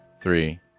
three